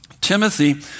Timothy